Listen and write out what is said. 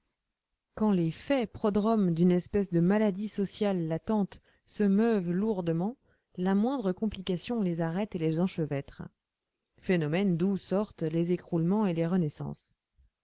quand les faits prodromes d'une espèce de maladie sociale latente se meuvent lourdement la moindre complication les arrête et les enchevêtre phénomène d'où sortent les écroulements et les renaissances